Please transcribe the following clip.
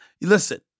Listen